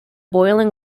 boiling